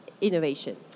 innovation